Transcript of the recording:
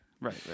right